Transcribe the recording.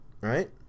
Right